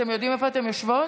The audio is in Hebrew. אתן יודעות איפה אתן יושבות?